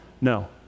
No